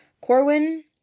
corwin